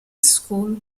school